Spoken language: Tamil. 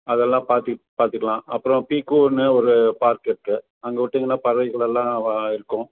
அதெல்லாம் பார்த்து பார்த்துக்கலாம் அப்புறம் பிக்கூன்னு ஒரு பார்க் இருக்கு அங்கே விட்டிங்கன அங்கே பறவைகள் எல்லாம் இருக்கும்